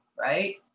right